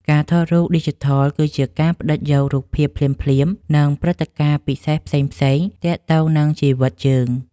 ការថតរូបឌីជីថល គឺជាការផ្ដិតយករូបភាពភ្លាមៗ និងព្រឹត្តិការណ៍ពិសេសផ្សេងៗទាក់ទងនឹងជីវិតយើង។